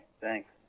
thanks